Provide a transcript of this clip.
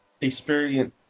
experience